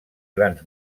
grans